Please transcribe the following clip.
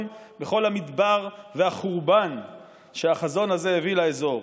בכל המדבר והחורבן שהחזון הזה הביא לאזור.